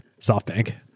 SoftBank